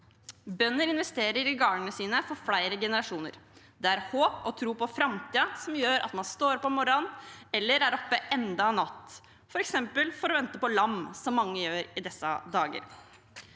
Bønder investerer i gårdene sine for flere generasjoner. Det er håp og tro på framtiden som gjør at man står opp om morgenen eller er oppe enda en natt, f.eks. for å vente på lam, som mange gjør i disse dager.